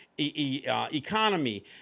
economy